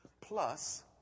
plus